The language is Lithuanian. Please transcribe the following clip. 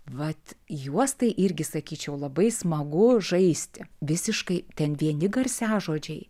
vat juos tai irgi sakyčiau labai smagu žaisti visiškai ten vieni garsiažodžiai